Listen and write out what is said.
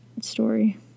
story